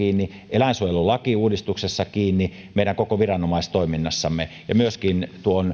eläinsuojelulakiuudistuksessa kuin meidän koko viranomaistoiminnassamme ja myöskin